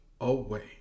away